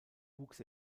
wuchs